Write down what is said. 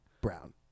Brown